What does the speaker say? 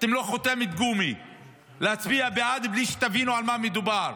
אתם לא חותמת גומי להצביע בעד בלי שתבינו על מה מדובר,